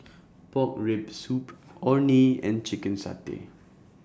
Pork Rib Soup Orh Nee and Chicken Satay